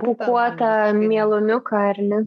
pūkuotą mielumiuką ar ne